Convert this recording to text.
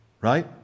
Right